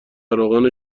روغن